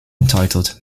entitled